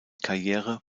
karriere